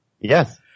Yes